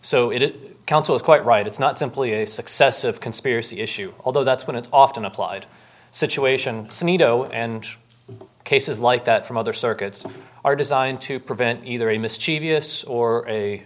so it is counsel is quite right it's not simply a successive conspiracy issue although that's when it's often applied situation some ito and cases like that from other circuits are designed to prevent either a mischievous or a